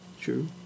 true